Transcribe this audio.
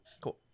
Cool